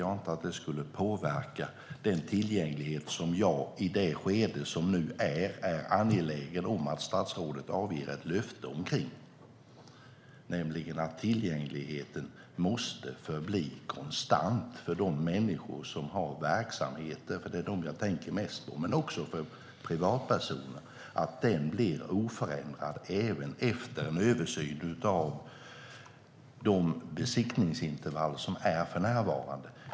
Jag ser inte att det skulle påverka den tillgänglighet som jag, i det skede som nu är, är angelägen om att statsrådet avger ett löfte omkring. Det handlar om att tillgängligheten måste förbli konstant för de människor som har verksamheter - det är dem jag tänker mest på - men också för privatpersoner. Det handlar om att den blir oförändrad även efter en översyn av de besiktningsintervall som är för närvarande.